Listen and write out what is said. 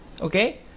okay